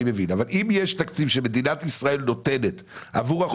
אני מבין אבל אם יש תקציב שמדינת ישראל נותנת עבור החופים,